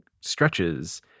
stretches